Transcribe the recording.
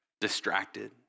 distracted